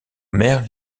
mère